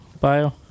bio